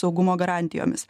saugumo garantijomis